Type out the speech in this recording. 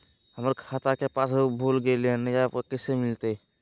हमर खाता के पासबुक भुला गेलई, नया कैसे मिलतई?